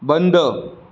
बंद